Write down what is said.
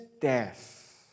death